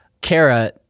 Kara